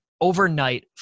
Overnight